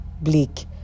bleak